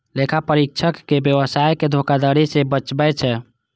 लेखा परीक्षक व्यवसाय कें धोखाधड़ी सं बचबै छै